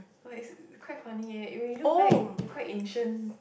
but it's quite funny eh if we look back we quite ancient